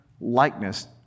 likeness